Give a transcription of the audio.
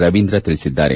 ರವೀಂದ್ರ ತಿಳಿಸಿದ್ದಾರೆ